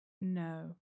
No